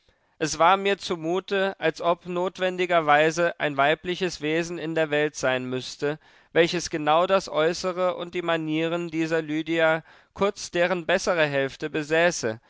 es war mir zumute als ob notwendigerweise ein weibliches wesen in der welt sein müßte welches genau das äußere und die manieren dieser lydia kürz deren bessere hälfte besäße